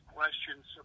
questions